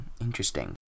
Interesting